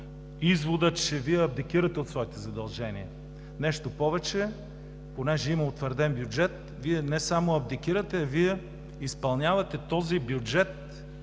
извода, че Вие абдикирате от своите задължения. Нещо повече, понеже има утвърден бюджет, Вие не само абдикирате, Вие изпълнявате този бюджет